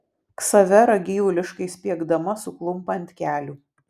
ksavera gyvuliškai spiegdama suklumpa ant kelių